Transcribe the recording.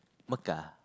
Mecca